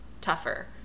tougher